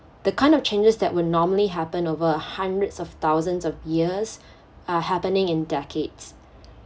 the kind of changes that would normally happen over a hundreds of thousands of years are happening in decades